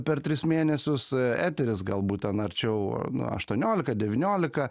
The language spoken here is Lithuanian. per tris mėnesius eteris galbūt ten arčiau na aštuoniolika devyniolika